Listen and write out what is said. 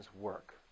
work